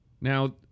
Now